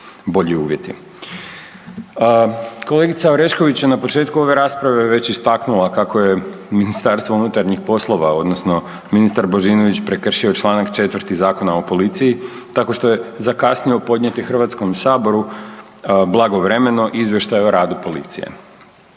Kolegica Orešković je na početku ove rasprave već istaknula kako je Ministarstvo unutarnjih poslova odnosno ministar Božinović prekršio članak 4. Zakona o policiji tako što je zakasnio podnijeti Hrvatskom saboru blagovremeno Izvještaj o radu policije.